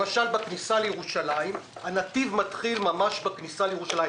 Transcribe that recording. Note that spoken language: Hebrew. הנתיב בכניסה לירושלים מתחיל ממש בכניסה לעיר,